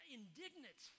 indignant